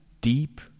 deep